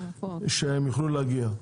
שהם יוכלו להגיע.